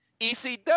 ECW